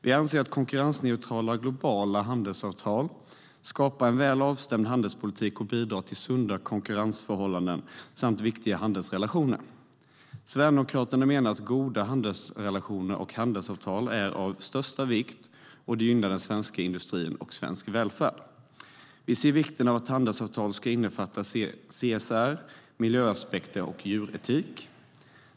Vi anser att konkurrensneutrala globala handelsavtal skapar en väl avstämd handelspolitik och bidrar till sunda konkurrensförhållanden och viktiga handelsrelationer. Sverigedemokraterna menar att goda handelsrelationer och handelsavtal är av största vikt och att det gynnar den svenska industrin och svensk välfärd. Vi ser vikten av att handelsavtal ska innefatta CSR, miljöaspekter och djuretik.